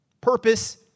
Purpose